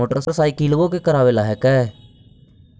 मोटरसाइकिलवो के करावे ल हेकै?